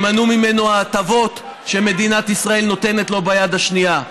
יימנעו ממנו ההטבות שמדינת ישראל נותנת לו ביד השנייה,